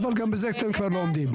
אבל גם בזה אתם בכלל לא עומדים.